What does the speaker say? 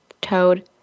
toad